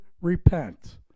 repent